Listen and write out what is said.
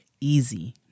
easy